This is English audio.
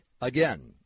Again